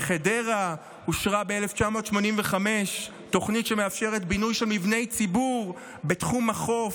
בחדרה אושרה ב-1985 תוכנית שמאפשרת בינוי של מבני ציבור בתחום החוף.